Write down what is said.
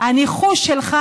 הניחוש שלך,